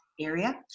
area